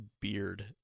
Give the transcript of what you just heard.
beard